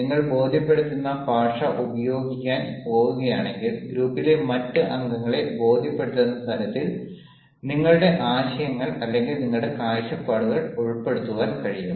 നിങ്ങൾ ബോധ്യപ്പെടുത്തുന്ന ഭാഷ ഉപയോഗിക്കാൻ പോകുകയാണെങ്കിൽ ഗ്രൂപ്പിലെ മറ്റ് അംഗങ്ങളെ ബോധ്യപ്പെടുത്തുന്ന തരത്തിൽ നിങ്ങളുടെ ആശയങ്ങൾ അല്ലെങ്കിൽ നിങ്ങളുടെ കാഴ്ചപ്പാടുകൾ ഉൾപ്പെടുത്തുവാൻ കഴിയും